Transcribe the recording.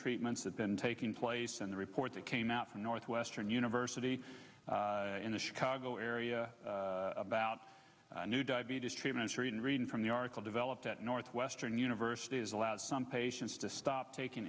treatments that been taking place in the report that came out from northwestern university in the chicago area about a new diabetes treatment and reading from the article developed at northwestern university's allows patients to stop taking